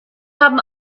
haben